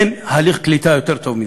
אין תהליך קליטה יותר טוב מזה.